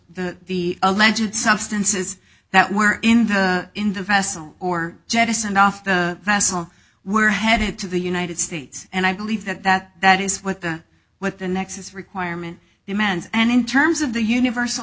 the the alleged substances that were in the in the vessel or jettisoned off the were headed to the united states and i believe that that that is what the what the nexus requirement demands and in terms of the universal